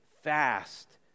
fast